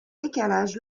décalage